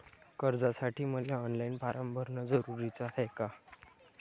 कर्जासाठी मले online form भरन जरुरीच हाय का?